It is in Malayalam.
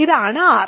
ഇതാണ് R